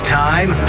time